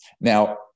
Now